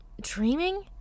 dreaming